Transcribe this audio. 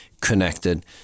connected